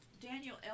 Daniel